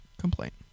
complaint